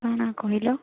କ'ଣ କହିଲ